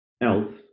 else